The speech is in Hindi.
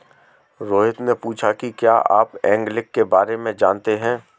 रोहित ने पूछा कि क्या आप एंगलिंग के बारे में जानते हैं?